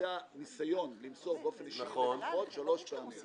ולבצע ניסיון למסור שאופן אישי לפחות שלוש פעמים.